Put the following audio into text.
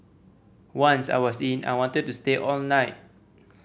once I was in I wanted to stay all night